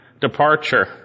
departure